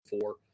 four